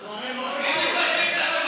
בעד,